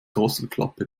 drosselklappe